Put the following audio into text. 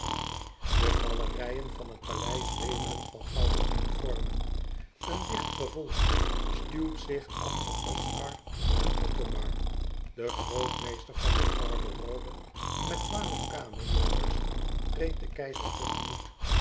de galerijen van het paleis wemelen van gouden uniformen een dicht gevolg stuwt zich achter oscar en othomar de grootmeester van de garderobe met twaalf kamerjonkers treedt den keizer tegemoet